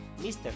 Mr